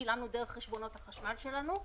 שילמנו דרך חשבונות החשמל שלנו.